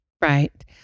Right